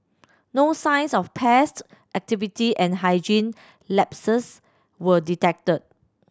no signs of pest activity and hygiene lapses were detected